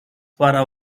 para